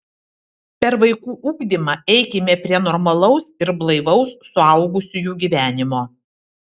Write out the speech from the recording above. per vaikų ugdymą eikime prie normalaus ir blaivaus suaugusiųjų gyvenimo